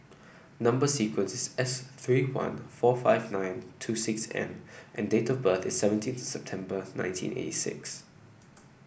number sequence is S three one four five nine two six N and and date of birth is seventeen September nineteen eighty six